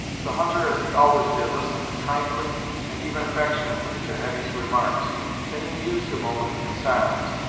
the hunter, as he always did, listened kindly and even affectionately to hetty's remarks then he mused a moment in silence.